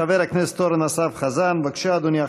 חבר הכנסת אורן אסף חזן, בבקשה, אדוני.